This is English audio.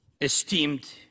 esteemed